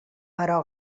però